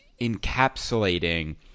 encapsulating